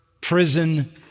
prison